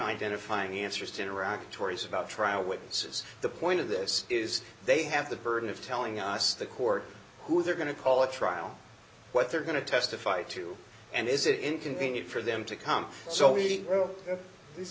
identifying answers to nerac tori's about trial witnesses the point of this is they have the burden of telling us the court who they're going to call the trial what they're going to testify to and is it inconvenient for them to come so we know these